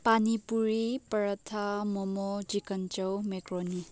pani puri paratha momo chicken chow macaroni